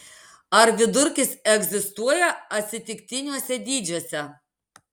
ar vidurkis egzistuoja atsitiktiniuose dydžiuose